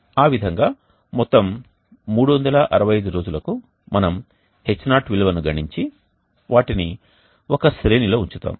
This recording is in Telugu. ఆ విధంగా మొత్తం 365 రోజులకు మనం H0 విలువలను గణించి వాటిని ఒక శ్రేణిలో ఉంచుతాము